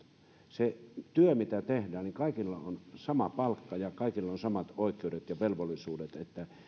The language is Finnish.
siinä työssä mitä tehdään kaikilla on sama palkka ja kaikilla on samat oikeudet ja velvollisuudet